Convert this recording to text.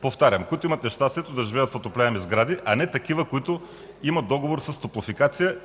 Повтарям, които имат нещастието да живеят в отопляеми сгради, а не такива, които имат договор с Топлофикация,